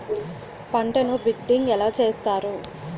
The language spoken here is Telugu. పంటను బిడ్డింగ్ ఎలా చేస్తారు?